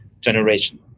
generation